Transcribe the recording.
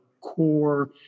core